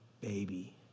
baby